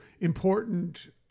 important